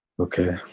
Okay